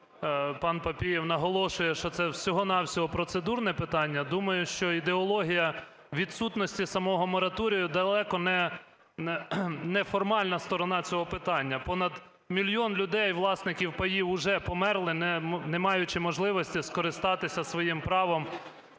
пан Папієв наголошує, що це всього-на-всього процедурне питання, думаю, що ідеологія відсутності самого мораторію далеко не формальна сторона цього питання. Понад мільйон людей-власників паїв вже померли, не маючи можливості скористатися своїм правом